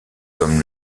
comme